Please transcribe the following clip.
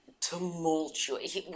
tumultuous